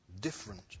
different